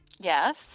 Yes